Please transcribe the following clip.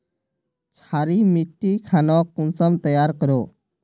क्षारी मिट्टी खानोक कुंसम तैयार करोहो?